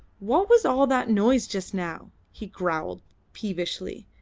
what was all that noise just now? he growled peevishly,